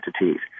entities